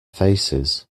faces